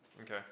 Okay